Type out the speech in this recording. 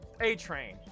A-Train